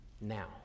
now